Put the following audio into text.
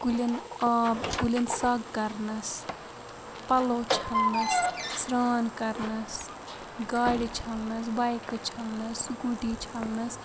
کُلٮ۪ن آب کُلٮ۪ن سَگ کَرنَس پَلو چھَلنَس سران کَرنَس گاڑِ چھَلنَس بایکہٕ چھَلنَس سکوٗٹی چھَلنَس